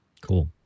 Cool